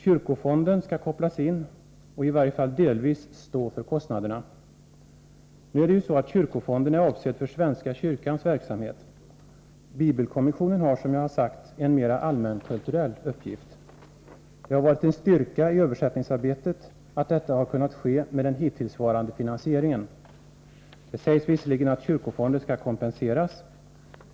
Kyrkofonden skall kopplas in och i varje fall delvis stå för kostnaderna. Nu är det ju så, att kyrkofonden är avsedd för svenska kyrkans verksamhet. Bibelkommissionen har, som jag tidigare sagt, en mera allmänkulturell uppgift. Det har varit en styrka i översättningsarbetet att detta har kunnat ske med den hittillsvarande finansieringen. Det sägs visserligen att kyrkofonden skall kompenseras.